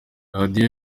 radio